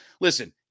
Listen